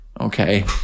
Okay